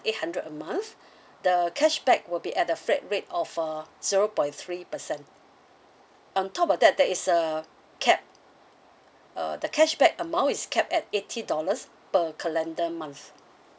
eight hundred a month the cashback will be at the flat rate of a zero point three percent on top of that there is a cap uh the cashback amount is capped at eighty dollars per calendar month